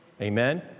Amen